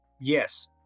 yes